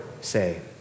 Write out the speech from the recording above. say